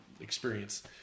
experience